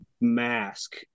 mask